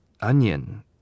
onion